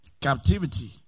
Captivity